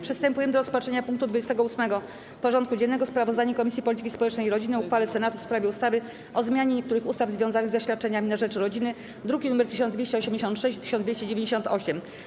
Przystępujemy do rozpatrzenia punktu 28. porządku dziennego: Sprawozdanie Komisji Polityki Społecznej i Rodziny o uchwale Senatu w sprawie ustawy o zmianie niektórych ustaw związanych ze świadczeniami na rzecz rodziny (druki nr 1286 i 1298)